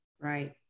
right